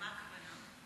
למה הכוונה?